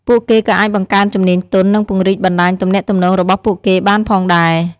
ពួកគេក៏អាចបង្កើនជំនាញទន់ និងពង្រីកបណ្ដាញទំនាក់ទំនងរបស់ពួកគេបានផងដែរ។